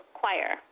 choir